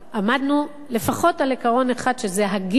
עמדנו לפחות על עיקרון אחד שזה הגיל,